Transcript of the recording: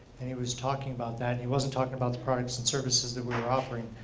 and he was talking about that. he wasn't talking about the products and services that we were offering.